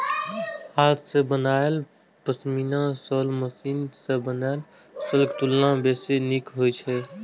हाथ सं बनायल पश्मीना शॉल मशीन सं बनल शॉलक तुलना बेसी नीक होइ छै